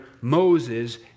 Moses